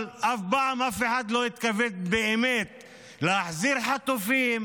אבל אף פעם אף אחד לא התכוון באמת להחזיר חטופים,